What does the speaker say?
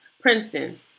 Princeton